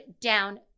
down